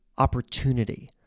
opportunity